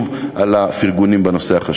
אני מודה לך שוב על הפרגונים בנושא החשוב.